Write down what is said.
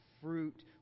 fruit